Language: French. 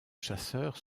chasseur